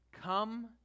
Come